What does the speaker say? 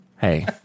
Hey